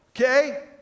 okay